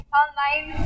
online